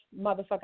Motherfucker